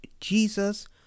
Jesus